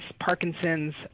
Parkinson's